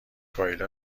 کایلا